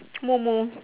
momo